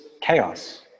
chaos